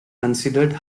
considered